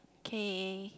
okay